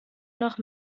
noch